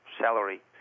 salary